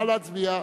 נא להצביע.